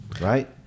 right